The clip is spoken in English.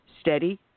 Steady